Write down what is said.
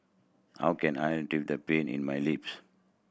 how can I the pain in my lips